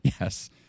Yes